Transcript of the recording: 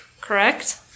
correct